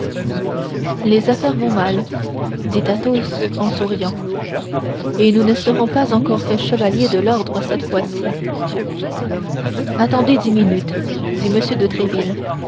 les affaires vont mal dit athos en souriant et nous ne serons pas encore fait chevaliers de l'ordre cette fois-ci attendez ici dix minutes dit m de